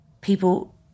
people